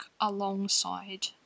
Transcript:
alongside